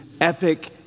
epic